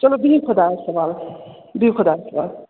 چلو بِہِو خۄدایَس حوالہٕ بِہِو خۄدایَس حوال